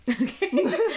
Okay